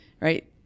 right